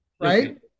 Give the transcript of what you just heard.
right